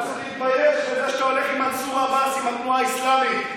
אתה ומנסור עבאס, שניכם הציונים.